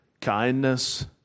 kindness